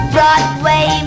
Broadway